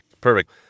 Perfect